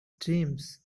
dreams